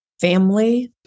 family